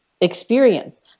experience